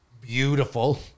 Beautiful